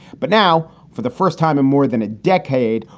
but now, for the first time in more than a decade,